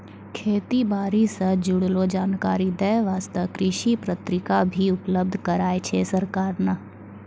खेती बारी सॅ जुड़लो जानकारी दै वास्तॅ कृषि पत्रिका भी उपलब्ध कराय छै सरकार नॅ